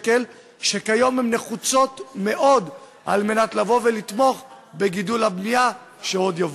סכום שבכלל לא הגיע לידי אותו יזם.